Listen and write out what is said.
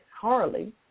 Harley